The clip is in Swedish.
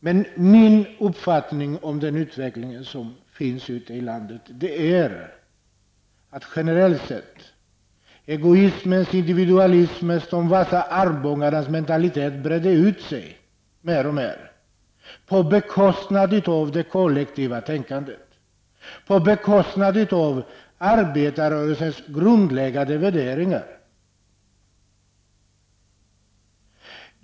Men min uppfattning om den utveckling som pågår ute i landet är, generellt sett, att egoismens, individualismens och de vassa armbågarnas mentalitet breder ut sig mer och mer på bekostnad av det kollektiva tänkandet och på bekostnad av arbetarrörelsens grundläggande värderingar.